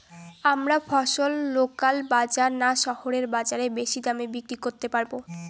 আমরা ফসল লোকাল বাজার না শহরের বাজারে বেশি দামে বিক্রি করতে পারবো?